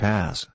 Pass